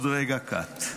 רק עוד רגע קט'."